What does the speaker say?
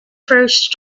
first